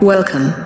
Welcome